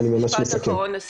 משפט אחרון לסיום.